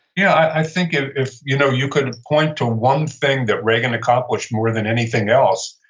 yeah, i think if if you know you could point to one thing that reagan accomplished more than anything else,